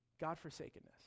God-forsakenness